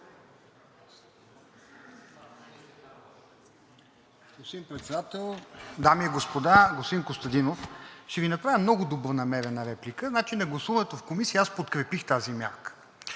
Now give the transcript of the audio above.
Господин Председател, дами и господа! Господин Костадинов, ще Ви направя много добронамерена реплика. На гласуването в Комисията аз подкрепих тази мярка.